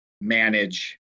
manage